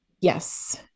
yes